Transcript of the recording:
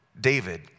David